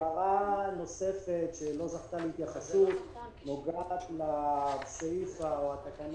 הערה נוספת שלא זכתה להתייחסות נוגעת להוראה